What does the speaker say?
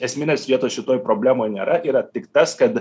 esminės vietos šitoj problemoj nėra yra tik tas kad